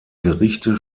gerichte